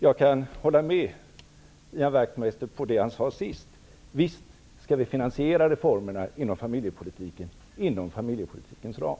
Jag kan hålla med Ian Wachtmeister om det han sade sist: Visst skall vi finansiera reformerna för familjepolitiken inom familjepolitikens ram.